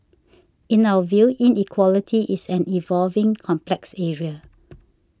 in our view inequality is an evolving complex area